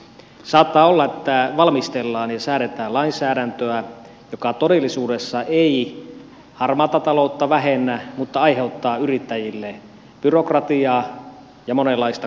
saattaa olla että valmistellaan ja säädetään lainsäädäntöä joka todellisuudessa ei harmaata taloutta vähennä mutta aiheuttaa yrittäjille byrokratiaa ja monenlaista kustannusta